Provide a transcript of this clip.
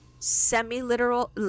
semi-literal